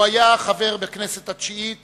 הוא היה חבר בכנסת התשיעית